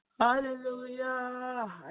Hallelujah